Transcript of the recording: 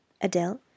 Adele